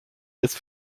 ist